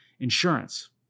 Insurance